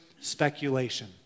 speculation